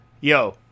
Yo